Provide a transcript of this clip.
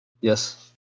Yes